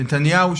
נתניהו,